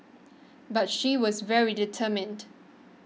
but she was very determined